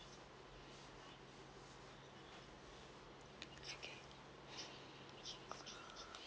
okay